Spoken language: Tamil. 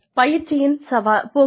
பயிற்சியின் போக்குகள்